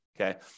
okay